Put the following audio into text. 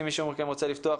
אם מישהו מכם רוצה לפתוח,